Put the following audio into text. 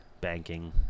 banking